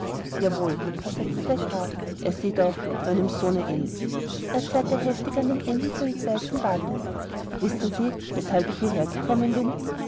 jawohl versetzte der graf er sieht auch meinem sohne ähnlich er zerrte heftig an den enden des weißen bartes wissen sie weshalb ich hierher gekommen bin